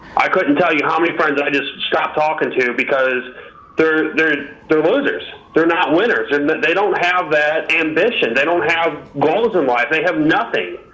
i couldn't tell you how many friends that i just stopped talking to because they're they're losers, they're not winners, and they don't have that ambition. they don't have goals in life. they have nothing.